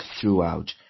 throughout